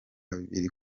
biri